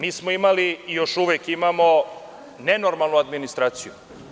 Mi smo imali i još uvek imamo nenormalnu administraciju.